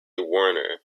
warner